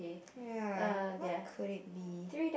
ya what could it be